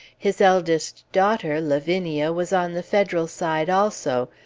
his eldest daughter lavinia was on the federal side also,